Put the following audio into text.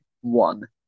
one